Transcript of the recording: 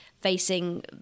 facing